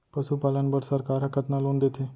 पशुपालन बर सरकार ह कतना लोन देथे?